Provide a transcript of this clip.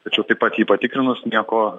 tačiau taip pat jį patikrinus nieko